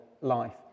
life